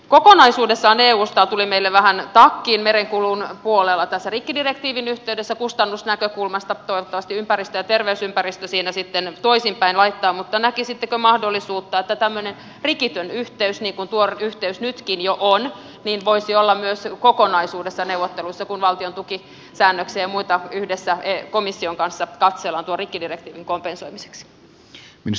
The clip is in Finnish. kokonaisuudessaan eustahan tuli meille vähän takkiin merenkulun puolella tässä rikkidirektiivin yhteydessä kustannusnäkökulmasta toivottavasti ympäristö ja terveysympäristö siinä sitten toisin päin laittaa mutta näkisittekö mahdollisuutta että tämmöinen rikitön yhteys niin kuin tuo yhteys nytkin jo on voisi olla myös kokonaisuudessaan neuvotteluissa kun valtiontukisäännöksiä ja muita yhdessä komission kanssa katsellaan tuon rikkidirektiivin kompensoimiseksi